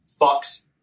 fucks